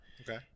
Okay